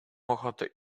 ochotę